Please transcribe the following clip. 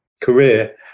career